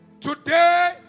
Today